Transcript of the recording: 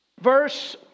verse